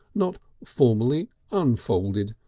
not formally unfolded,